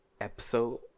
episode